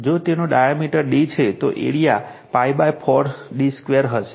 જો તેનો diameter d છે તો એરિયા π4 d2 હશે